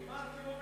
כמעט כמו,